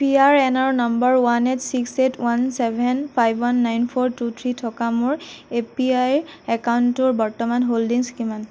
P R এনৰ number one eight six eight one seven five one nine four two three থকা মোৰ A P Y একাউণ্টটোৰ বৰ্তমানৰ holdings কিমান